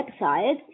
website